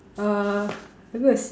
uh